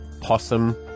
possum